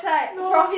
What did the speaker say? no